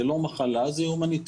זה לא מחלה אלא זה הומניטרי.